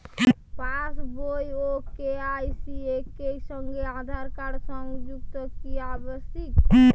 পাশ বই ও কে.ওয়াই.সি একই সঙ্গে আঁধার কার্ড সংযুক্ত কি আবশিক?